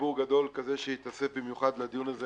ציבור גדול כזה שהתאסף במיוחד לדיון הזה,